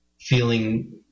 feeling